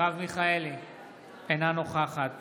אינה נוכחת